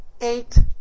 eight